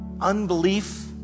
unbelief